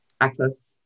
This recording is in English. access